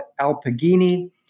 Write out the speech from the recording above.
Alpagini